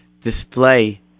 display